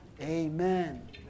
Amen